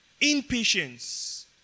impatience